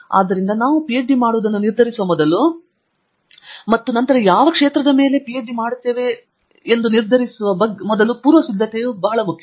ಆದ್ದರಿಂದ ನಾವು ಪಿಎಚ್ಡಿ ಮಾಡುವುದನ್ನು ನಿರ್ಧರಿಸುವ ಮೊದಲು ಮತ್ತು ನಂತರ ಯಾವ ವಿಷಯದ ಮೇಲೂ ಹಾಗೂ ಯಾರೊಂದಿಗೆ ಮಾಡುವುದು ಎಂಬುದರ ಬಗ್ಗೆ ಪೂರ್ವಸಿದ್ದತೆ ಬಹಳ ಮುಖ್ಯ